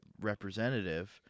representative